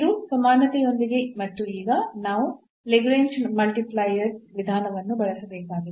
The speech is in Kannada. ಇದು ಸಮಾನತೆಯೊಂದಿಗೆ ಮತ್ತು ಈಗ ನಾವು ಲ್ಯಾಗ್ರೇಂಜ್ನ ಮಲ್ಟಿಪ್ಲೈಯರ್ Lagrange's multiplier ವಿಧಾನವನ್ನು ಬಳಸಬೇಕಾಗಿದೆ